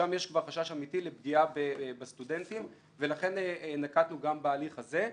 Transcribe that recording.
שם יש כבר חשש אמיתי לפגיעה בסטודנטים ולכן נקטנו גם בהליך הזה.